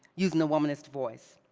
using a womanist voice.